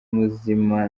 muzima